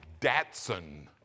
Datsun